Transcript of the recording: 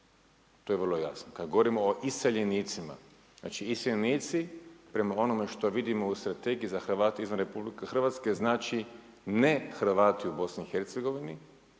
To je vrlo jasno, kad govorimo o iseljenicima. Znači iseljenici prema onome što vidimo u strategiji za Hrvate izvan Republike Hrvatske znači ne Hrvati u Bosni